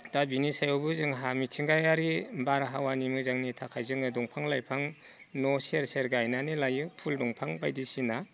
दा बिनि सायावबो जोंहा मिथिंगायारि बारहावानि मोजांनि थाखाय जोङो दंफां लाइफां न' सेर सेर गायनानै लायो फुल दंफां बायदिसिना